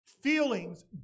Feelings